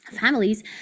families